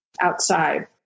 outside